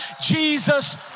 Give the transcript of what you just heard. Jesus